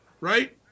right